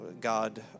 God